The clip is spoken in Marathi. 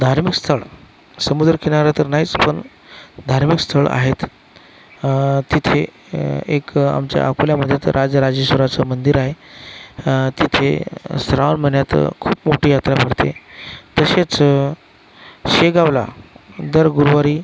धार्मिक स्थळ समुद्रकिनारा तर नाहीच पण धार्मिक स्थळ आहेत तिथे एक आमच्या अकोल्यामध्ये राजराजेश्वराचं मंदिर आहे तिथे श्रावण महिन्यात खूप मोठी यात्रा भरते तसेच शेगावला दर गुरुवारी